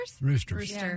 Roosters